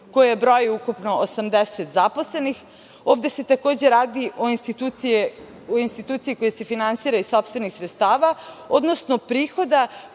koja broji ukupno 80 zaposlenih. Ovde se, takođe, radi o instituciji koja se finansira iz sopstvenih sredstava, odnosno prihoda